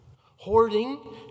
Hoarding